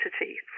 entity